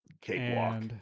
Cakewalk